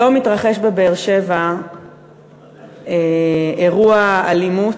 היום התרחש בבאר-שבע אירוע אלימות,